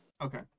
Okay